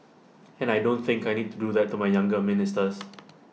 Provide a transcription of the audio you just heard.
and I don't think I need to do that to my younger ministers